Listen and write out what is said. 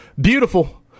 beautiful